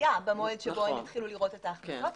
דחייה במועד שבו התחילו לראות את ההכנסות,